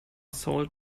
sold